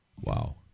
Wow